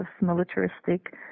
militaristic